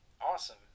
Awesome